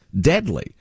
deadly